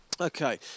Okay